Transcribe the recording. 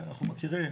אנחנו מכירים,